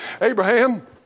Abraham